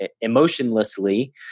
emotionlessly